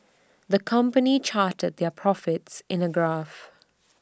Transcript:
the company charted their profits in A graph